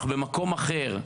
אנחנו במקום אחר.